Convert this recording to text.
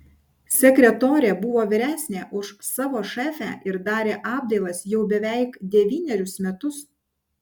sekretorė buvo vyresnė už savo šefę ir darė apdailas jau beveik devynerius metus